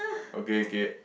okay okay